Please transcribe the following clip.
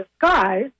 disguise